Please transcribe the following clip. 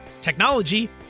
technology